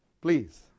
please